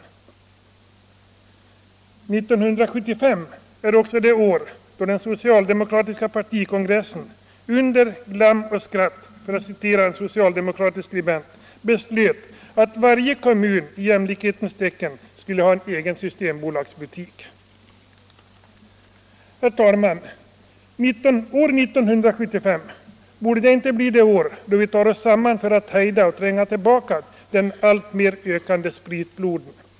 1975 är också det år då den socialdemokratiska partikongressen under ”glam och skratt”, för att citera en socialdemokratisk skribent, beslöt att varje kommun i jämlikhetens tecken skall ha en egen systembolagsbutik. Herr talman! År 1975 — borde det inte bli det år då vi tar oss samman för att hejda och tränga tillbaka den alltmer ökande spritfloden?